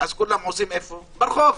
אז כולם עושים חתונות ברחוב,